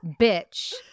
bitch